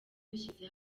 dushyize